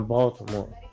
Baltimore